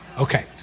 Okay